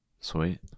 Sweet